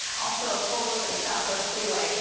also, a full look at the southwest freeway.